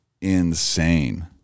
insane